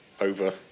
Over